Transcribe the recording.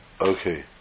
Okay